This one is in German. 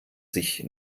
sich